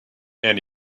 and